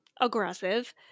aggressive